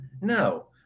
No